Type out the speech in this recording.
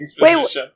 Wait